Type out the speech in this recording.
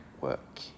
work